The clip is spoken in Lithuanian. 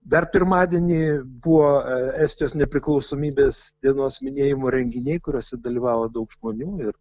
dar pirmadienį buvo estijos nepriklausomybės dienos minėjimo renginiai kuriuose dalyvavo daug žmonių ir